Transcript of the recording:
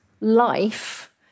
life